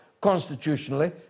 constitutionally